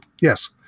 Yes